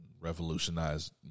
revolutionized